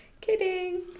Kidding